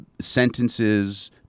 sentences